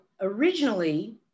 originally